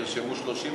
ירדנה, כמה נרשמו?